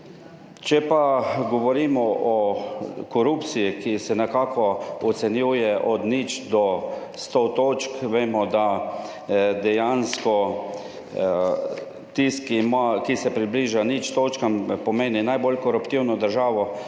Če pa govorimo o korupciji, ki se nekako ocenjuje od nič do sto točk, vemo, da dejansko tisti, ki se približa nič točkam, pomeni najbolj koruptivno državo